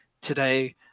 today